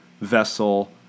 vessel